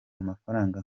amafaranga